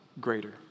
greater